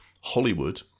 Hollywood